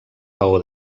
paó